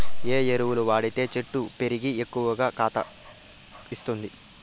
ఏ ఎరువులు వాడితే చెట్టు పెరిగి ఎక్కువగా కాత ఇస్తుంది?